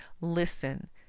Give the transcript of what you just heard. listen